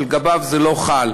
שלגביו זה לא חל,